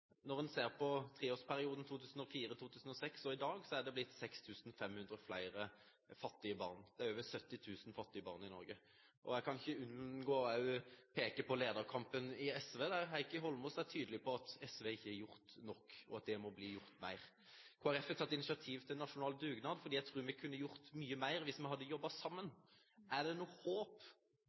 Når man ser på treårsperioden 2004–2006 og til i dag, har det blitt 6 500 flere fattige barn. Det er over 70 000 fattige barn i Norge. Jeg kan ikke unngå å peke på lederkampen i SV, der Heikki Holmås er tydelig på at SV ikke har gjort nok, og at det må bli gjort mer. Kristelig Folkeparti har tatt initiativ til en nasjonal dugnad, for vi tror vi kunne gjort mye mer hvis vi hadde jobbet sammen. Er det noe håp